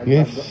Yes